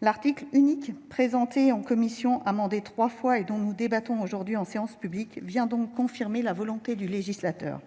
L'article unique présenté en commission, amendé trois fois et dont nous débattons aujourd'hui en séance publique, vient donc confirmer la volonté du législateur,